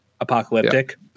apocalyptic